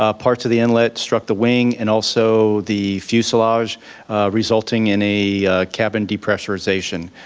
ah parts of the inlet struck the wing and also the fuselage resulting in a cabin depressurization.